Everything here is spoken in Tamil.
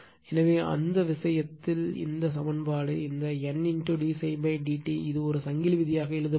எனவே அந்த விஷயத்தில் இந்த சமன்பாடு இந்த N d ∅ d t ஒரு சங்கிலி விதியாக எழுத முடியும்